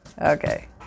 okay